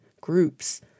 groups